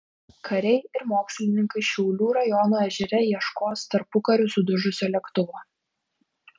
kariai ir mokslininkai šiaulių rajono ežere ieškos tarpukariu sudužusio lėktuvo